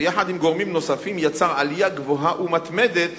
ויחד עם גורמים נוספים יצר עלייה גבוהה ומתמדת